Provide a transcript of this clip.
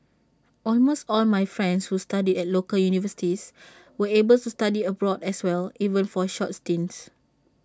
almost all my friends who studied at local universities were able to study abroad as well even for short stints